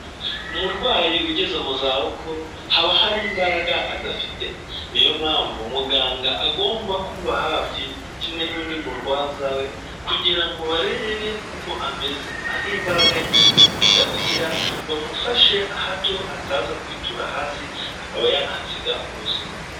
Umurwayi ugeze mu za bukuru, haba hari imbaraga adafite, niyo mpamvu umuganga agomba kumuba hafi kimwe n'undi murwaza we, kugira ngo barebe uko ameze, aho imbaraga nke ze zigarukira, bamufashe hato ataza kwitura hasi akaba yanahasiga ubuzima.